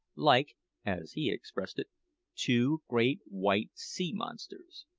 like as he expressed it two great white sea-monsters.